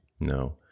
no